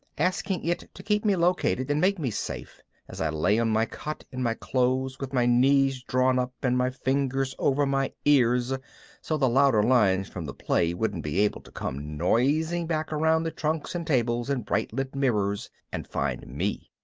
asking it to keep me located and make me safe, as i lay on my cot in my clothes with my knees drawn up and my fingers over my ears so the louder lines from the play wouldn't be able to come nosing back around the trunks and tables and bright-lit mirrors and find me.